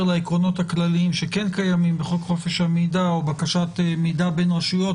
לעקרונות הכלליים שכן קיימים בחוק חופש המידע או בקשת מידע בין ברשויות,